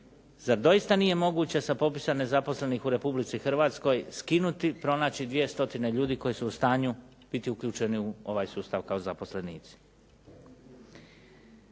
zar doista nije moguće sa popisa nezaposlenih u Republici Hrvatskoj skinuti, pronaći 2 stotine ljudi koji su u stanju biti uključeni u ovaj sustav kao zaposlenici?